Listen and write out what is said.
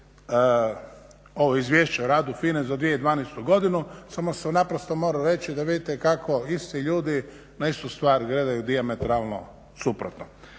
ovo izvješće o radu FINA-e za 2012.godinu, samo sam naprosto morao reći da vidite kako isti ljudi na istu stvar gledaju dijametralno suprotno.